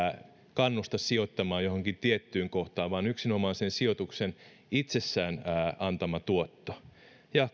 kannusta sijoittamaan johonkin tiettyyn kohtaan vaan yksinomaan sen sijoituksen itsessään antama tuotto ja